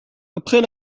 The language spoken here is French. après